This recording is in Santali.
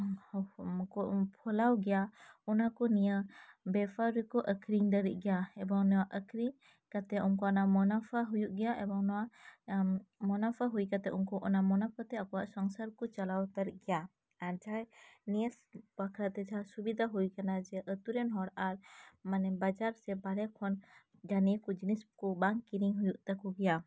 ᱯᱷᱚᱞᱟᱣ ᱜᱮᱭᱟ ᱚᱱᱟᱠᱩ ᱱᱤᱭᱟᱹ ᱵᱮᱯᱟᱨ ᱨᱮᱠᱩ ᱟᱹᱠᱷᱨᱤᱧ ᱫᱟᱲᱤᱜ ᱜᱮᱭᱟ ᱮᱵᱚᱝ ᱱᱚᱣᱟ ᱟᱹᱠᱷᱨᱤᱧ ᱩᱱᱠᱩᱣᱟᱜ ᱚᱱᱟ ᱢᱚᱱᱟᱯᱷᱟ ᱦᱩᱭᱩᱜ ᱜᱮᱭᱟ ᱮᱵᱚᱝ ᱱᱚᱣᱟ ᱢᱚᱱᱟ ᱯᱷᱟ ᱦᱩᱭ ᱠᱟᱛᱮᱫ ᱚᱱᱟ ᱢᱚᱱᱟ ᱯᱷᱟᱛᱮ ᱟᱠᱩᱣᱟᱜ ᱥᱚᱝᱥᱟᱨᱠᱩ ᱪᱟᱞᱟᱣ ᱫᱟᱲᱤᱜ ᱜᱮᱭᱟ ᱟᱨ ᱡᱟᱦᱟᱸᱭ ᱱᱤᱭᱟᱹ ᱵᱟᱠᱷᱨᱟᱛᱮ ᱡᱟᱦᱟᱸ ᱥᱩᱵᱤᱫᱷᱟ ᱦᱩᱭ ᱟᱠᱟᱱᱟ ᱡᱮ ᱟᱹᱛᱩᱨᱮᱱ ᱦᱚᱲ ᱟᱨ ᱢᱟᱱᱮ ᱵᱟᱡᱟᱨ ᱥᱮ ᱵᱟᱨᱦᱮ ᱠᱷᱚᱱ ᱡᱟᱦᱟᱸ ᱱᱤᱭᱟᱹᱠᱩ ᱡᱤᱱᱤᱥ ᱠᱩ ᱵᱟᱝ ᱠᱤᱨᱤᱧ ᱦᱩᱭᱩᱜ ᱛᱟᱠᱩ ᱜᱮᱭᱟ